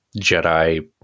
Jedi